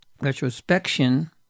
retrospection